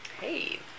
Hey